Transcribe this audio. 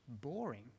boring